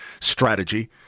strategy